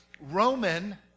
Roman